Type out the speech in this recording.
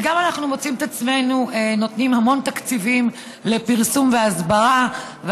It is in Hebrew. ואנחנו גם מוצאים את עצמנו נותנים המון תקציבים לפרסום והסברה.